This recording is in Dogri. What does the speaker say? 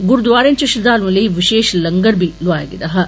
गुरूद्वारें च श्रद्वालुए लेई वषेष लंगर बी लाया गेदा हा